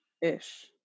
Ish